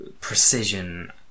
precision